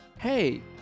hey